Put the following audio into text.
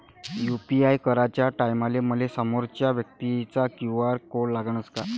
UPI कराच्या टायमाले मले समोरच्या व्यक्तीचा क्यू.आर कोड लागनच का?